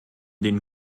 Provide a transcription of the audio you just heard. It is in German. den